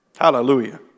Hallelujah